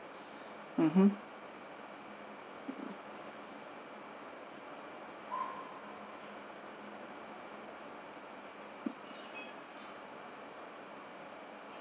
mmhmm